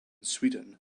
sweden